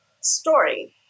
story